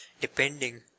depending